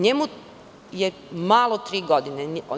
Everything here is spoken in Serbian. Njemu je malo tri godine.